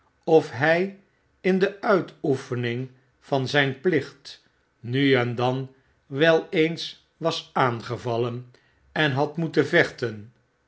of hy in de uitoefening van zijn plicht nu en dan wel eens was aangevallen en had moeten vechten